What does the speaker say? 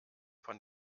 von